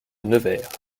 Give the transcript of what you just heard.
nevers